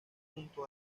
junto